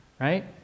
right